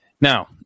Now